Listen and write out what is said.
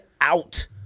out